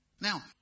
Now